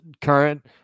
current